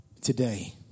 today